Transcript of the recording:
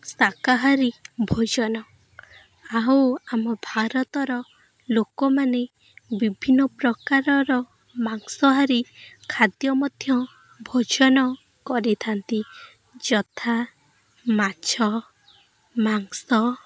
ଶାକାହାରୀ ଭୋଜନ ଆଉ ଆମ ଭାରତର ଲୋକମାନେ ବିଭିନ୍ନ ପ୍ରକାରର ମାଂସହାରୀ ଖାଦ୍ୟ ମଧ୍ୟ ଭୋଜନ କରିଥାନ୍ତି ଯଥା ମାଛ ମାଂସ